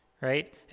right